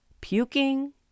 puking